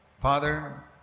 Father